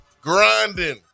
grinding